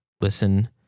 listen